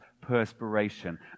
perspiration